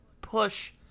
push